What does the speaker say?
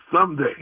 Someday